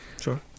sure